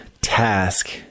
task